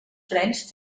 frens